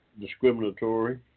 discriminatory